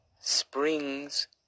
springs